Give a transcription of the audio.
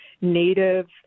Native